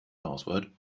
password